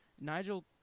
Nigel